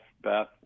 beth